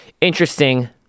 Interesting